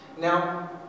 Now